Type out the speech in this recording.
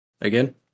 again